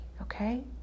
Okay